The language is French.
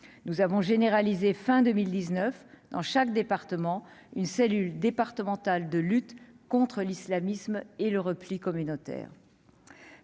nous avons généralisé fin 2019 dans chaque département une cellule départementale de lutte contre l'islamisme et le repli communautaire,